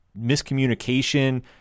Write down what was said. miscommunication